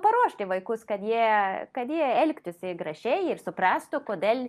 paruošti vaikus kad jie kad jie elgtųsi gražiai ir suprastų kodėl